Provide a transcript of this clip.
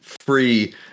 free